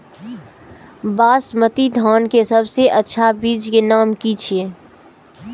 बासमती धान के सबसे अच्छा बीज के नाम की छे?